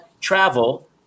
travel